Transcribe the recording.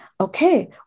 okay